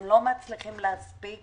הם לא מצליחים להספיק